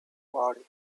body